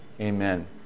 amen